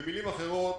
במילים אחרות,